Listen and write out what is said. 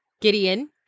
Gideon